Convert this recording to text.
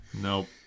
Nope